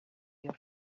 your